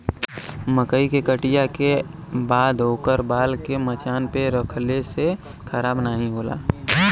मकई के कटिया के बाद ओकर बाल के मचान पे रखले से खराब नाहीं होला